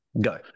Go